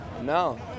no